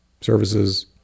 services